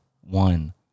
one